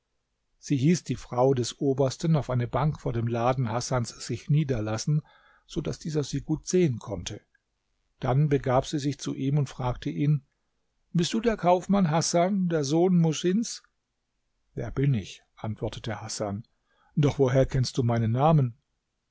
sie hieß die frau des obersten auf eine bank vor dem laden hasans sich niederlassen so daß dieser sie gut sehen konnte dann begab sie sich zu ihm und fragte ihn bist du der kaufmann hasan der sohn muhsins der bin ich antwortet hasan doch woher kennst du meinen namen